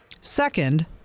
Second